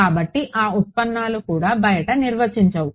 కాబట్టి ఆ ఉత్పన్నాలు కూడా బయట నిర్వచించవు